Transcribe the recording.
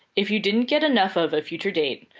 if you didn't get enough of a future date,